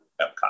Epcot